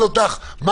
אם אני אתך על הקו